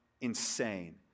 insane